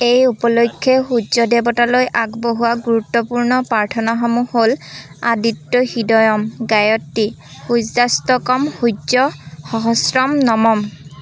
এই উপলক্ষে সূৰ্য্য দেৱতালৈ আগবঢ়োৱা গুৰুত্বপূৰ্ণ প্ৰাৰ্থনাসমূহ হ'ল আদিত্য হৃদয়ম গায়ত্ৰী সূৰ্য্যাষ্টকম সূৰ্য্য সহস্ৰম নমম